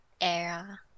era